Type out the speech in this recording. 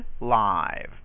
live